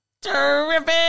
terrific